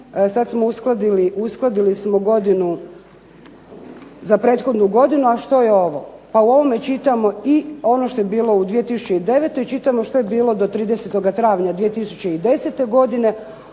uskladili, uskladili smo godinu za prethodnu godinu, a što je ovo? Pa u ovome čitamo i ono što je bilo u 2009. i čitamo što je bilo do 30. travnja 2010. godine